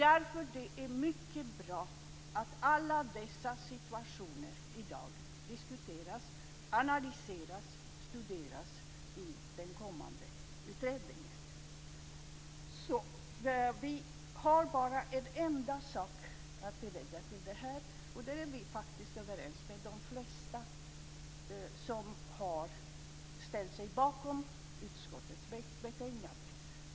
Därför är det mycket bra att alla dessa situationer i dag diskuteras, analyseras och studeras i utredningen. Vi har bara en sak att tillägga och där är vi faktiskt överens med de flesta som har ställt sig bakom utskottets betänkande.